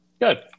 Good